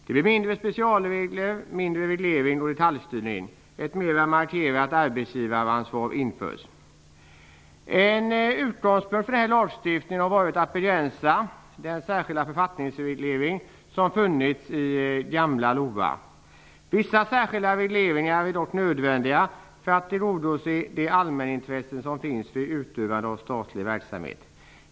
Det blir färre specialregler, mindre reglering, mindre detaljstyrning, och ett mer markerat arbetsgivaransvar införs. En utgångspunkt för denna lagstiftning har varit att begränsa den särskilda författningsreglering som funnits i gamla LOA. Vissa särskilda regleringar är dock nödvändiga för att tillgodose det allmänintresse som finns vid utövande av statlig verksamhet.